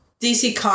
DC